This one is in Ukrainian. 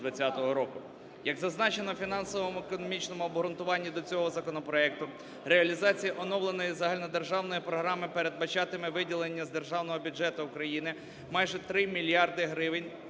Як зазначено в фінансово-економічному обґрунтуванні до цього законопроекту, реалізація оновленої загальнодержавної програми передбачатиме виділення з державний бюджету України майже 3 мільярди гривень